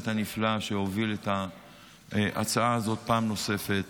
הנפלא שהוביל את ההצעה הזאת פעם נוספת,